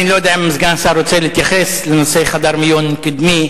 אני לא יודע אם סגן השר רוצה להתייחס לנושא חדר מיון קדמי,